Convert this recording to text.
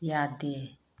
ꯌꯥꯗꯦ